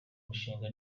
mushinga